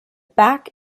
back